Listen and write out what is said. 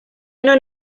non